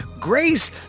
Grace